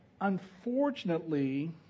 unfortunately